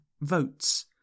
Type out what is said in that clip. votes